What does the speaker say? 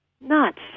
nuts